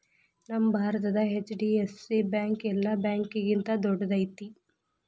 ನಮ್ಮ ಭಾರತದ HDFC bank ಯೆಲ್ಲಾ ಬ್ಯಾಂಕ್ಗಿಂತಾ ದೊಡ್ದೈತಿ